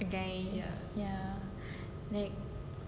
guy ya like